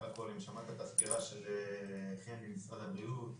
בסך הכול, אם שמעת את הסקירה של חן ממשרד הבריאות,